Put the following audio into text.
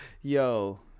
Yo